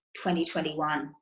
2021